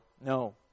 No